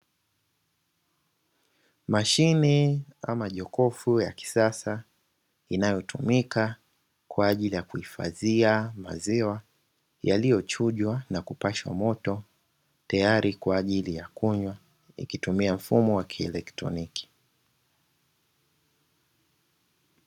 Mashine ama jokofu la kisasa inayo tumika kwaajili ya kuhifadhia maziwa yaliyochujwa na kupashwa moto tayari kwaajili ya kunywa ikitumia mfumo wa kieletroniki